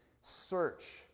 search